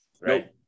right